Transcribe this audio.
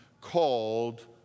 called